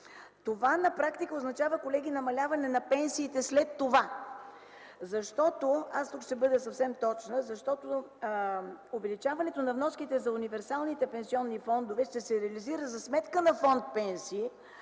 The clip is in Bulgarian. на практика това означава намаляване на пенсиите след това. Аз ще бъда съвсем точна, защото увеличаването на вноските за универсалните пенсионни фондове ще се реализира за сметка на фонд „Пенсии”,